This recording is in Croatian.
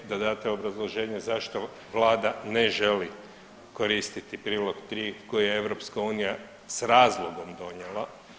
Da date obrazloženje zašto vlada ne želi koristiti Prilog 3. koji je EU s razlogom donijela.